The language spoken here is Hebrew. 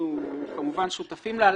אנחנו כמובן שותפים לה,